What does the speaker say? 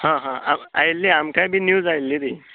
हां हां आयिल्ली आमकांय बी न्यूज आयिल्ली ती